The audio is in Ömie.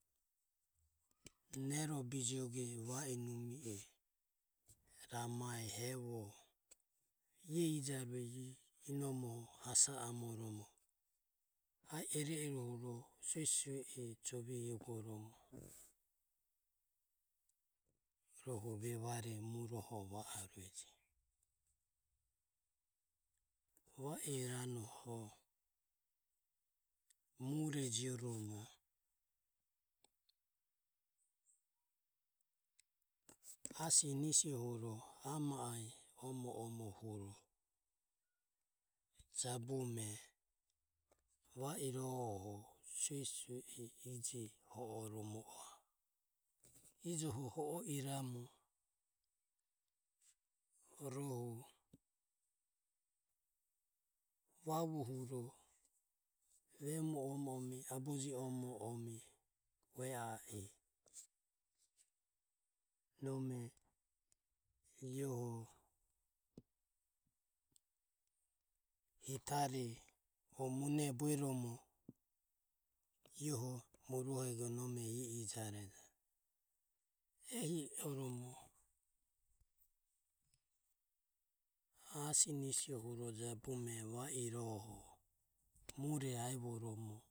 Nero bijioge va i numi e ramae, hevoe iae ijane inomoho hasa anue. Ae iro irohuro suesue e jove eguoromo rohu vevare muroho va anue. Va iranoho mure jio romo asinisiohuro, ae ma omo omohuro jabume va irohoho suesue e ije ho o romo a e. Ijoho ho o iramu rohu vavohuro vemu omo ome, harihe omo ome, aboje omo ome ue a e nome iaeho hitare o mune bueromo iaeho murohego nome ijaurejo. Ehioromo asinisohuro jabume va iroho mure aivoromo.